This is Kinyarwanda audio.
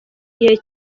gihe